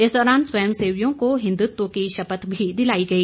इस दौरान स्वयं सेवियों को हिन्दुत्व की शपथ भी दिलाई गई